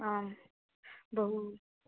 आं बहु